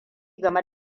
game